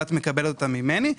היא מקבלת אותם ממנו,